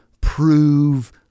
prove